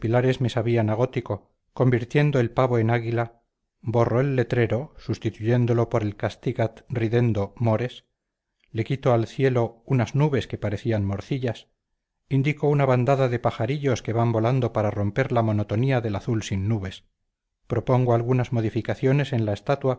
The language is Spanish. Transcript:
a gótico convierto el pavo en águila borro el letrero sustituyéndolo por el castigat ridendo mores le quito al cielo unas nubes que parecían morcillas indico una bandada de pajarillos que van volando para romper la monotonía del azul sin nubes propongo algunas modificaciones en la estatua